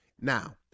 Now